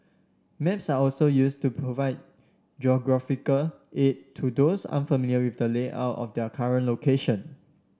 maps are also used to provide geographical aid to those unfamiliar with the layout of their current location